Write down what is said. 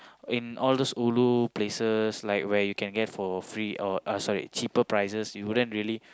in all those ulu places like where you can get for free oh sorry cheaper prices you wouldn't really